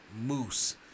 Moose